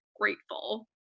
grateful